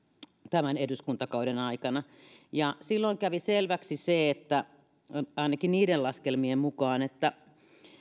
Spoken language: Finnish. tämän eduskuntakauden aikana silloin kävi selväksi ainakin niiden laskelmien mukaan että